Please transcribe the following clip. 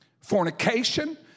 fornication